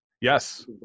yes